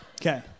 Okay